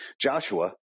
Joshua